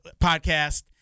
podcast